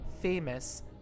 famous